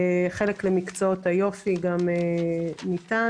חלק למקצועות היופי גם ניתן,